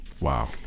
Wow